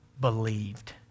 believed